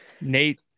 Nate